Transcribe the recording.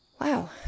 Wow